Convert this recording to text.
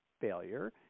failure